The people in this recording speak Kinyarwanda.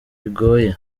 bigoye